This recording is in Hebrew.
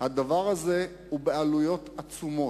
לדבר הזה עלויות עצומות,